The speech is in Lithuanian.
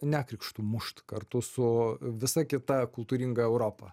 nekrikštų mušt kartu su visa kita kultūringa europa